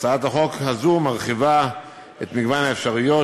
הצעת החוק הזו מרחיבה את מגוון האפשרויות